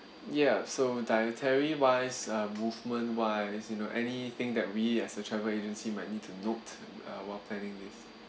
ya so dietary wise uh movement wise you know anything that we as a travel agency might need to note uh while planning with